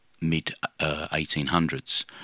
mid-1800s